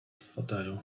fotelu